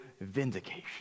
vindication